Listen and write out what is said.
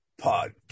Podcast